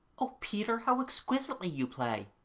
o peter, how exquisitely you play